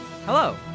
Hello